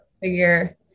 figure